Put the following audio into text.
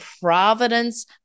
providence